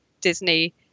Disney